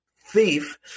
thief